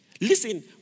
Listen